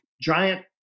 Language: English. giant